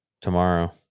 tomorrow